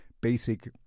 basic